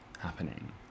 happening